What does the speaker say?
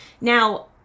Now